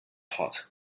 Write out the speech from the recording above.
hot